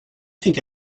think